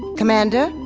commander?